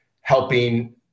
helping